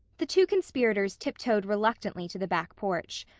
the two conspirators tip-toed reluctantly to the back porch.